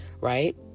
right